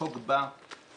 החוק בא להבטיח,